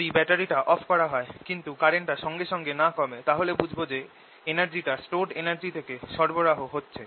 যদি ব্যাটারিটা অফ করা হয় কিন্তু কারেন্টটা সঙ্গে সঙ্গে না কমে তাহলে বুঝব যে এই energy টা stored energy থেকে সরবরাহ হচ্ছে